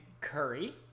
Curry